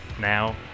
now